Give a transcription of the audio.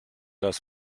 das